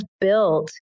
built